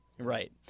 Right